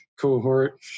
cohort